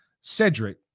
Cedric